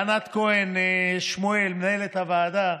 לענת כהן שמואל, מנהלת הוועדה,